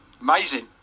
Amazing